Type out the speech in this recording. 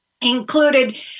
included